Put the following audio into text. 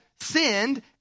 sinned